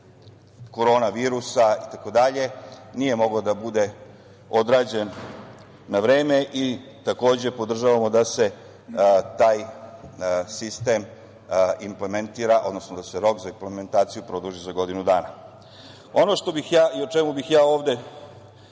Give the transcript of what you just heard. Korona virusa, itd. nije mogao da bude odrađen na vreme i takođe, podržavamo da se taj sistem implementira, odnosno, da se rok za implementaciju produži za godinu dana. Ono o čemu bih ja ovde,